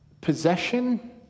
possession